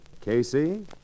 Casey